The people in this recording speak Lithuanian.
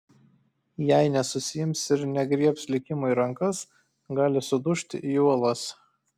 jei nesusiims ir negriebs likimo į rankas gali sudužti į uolas